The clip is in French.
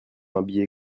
habillé